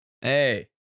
Hey